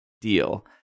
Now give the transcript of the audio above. deal